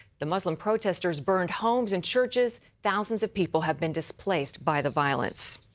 the muslim protestors burned homes and churches. thousands of people have been displaced by the violence.